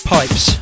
Pipes